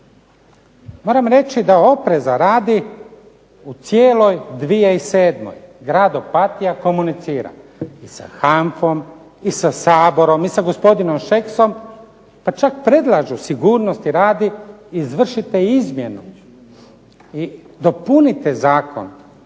Moram reći da opreza radi, u cijeloj 2007. grad Opatija komunicira sa HANFA-om i sa Saborom i sa gospodinom Šeksom pa čak predlažu sigurnosti radi izvršite izmjenu i dopunite Zakon